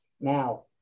Now